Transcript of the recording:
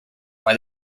why